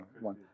one